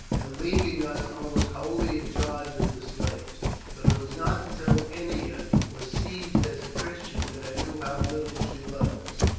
and leaving us almost wholly in charge of the slaves but it was not until ennia was seized as a christian that i knew how little she loved us.